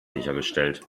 sichergestellt